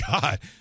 God